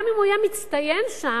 גם אם הוא יהיה מצטיין שם,